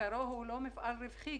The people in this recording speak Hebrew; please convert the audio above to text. בעיקרו הוא לא מפעל רווחי.